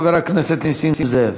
חבר הכנסת נסים זאב.